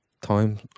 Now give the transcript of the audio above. time